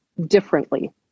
differently